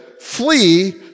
flee